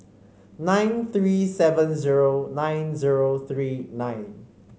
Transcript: nine three seven zero nine zero three nine